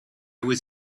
was